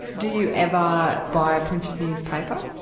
do you ever buy a printed newspaper?